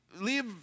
leave